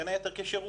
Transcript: בין היתר כשירות.